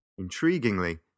Intriguingly